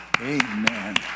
Amen